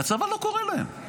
הצבא לא קורא להם.